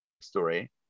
story